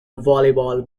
volleyball